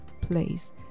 place